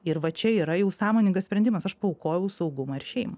ir va čia yra jau sąmoningas sprendimas aš paaukojau saugumą ir šeimą